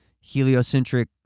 heliocentric